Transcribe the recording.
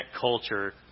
culture